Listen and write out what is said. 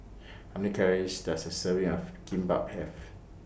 How Many Calories Does A Serving of Kimbap Have